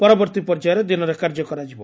ପରବର୍ତ୍ତୀ ପର୍ଯ୍ୟାୟରେ ଦିନରେ କାର୍ଯ୍ୟ କରାଯିବ